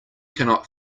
cannot